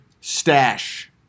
stash